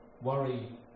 Worry